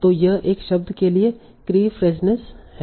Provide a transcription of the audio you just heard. तो यह एक शब्द के लिए कीफ्रेजनेस है